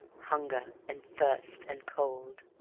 hunger and thirst and cold.